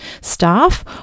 staff